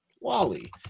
wally